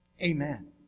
Amen